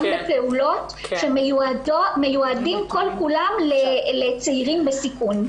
גם בפועלות שמיועדות כל כולן לצעירים בסיכון.